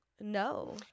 No